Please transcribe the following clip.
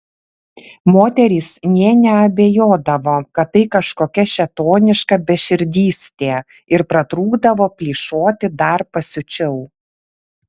moterys nė neabejodavo kad tai kažkokia šėtoniška beširdystė ir pratrūkdavo plyšoti dar pasiučiau